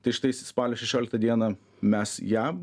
tai štai spalio šešioliktą dieną mes ją